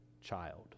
child